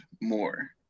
more